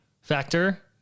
factor